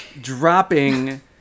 Dropping